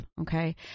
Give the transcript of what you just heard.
Okay